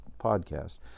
podcast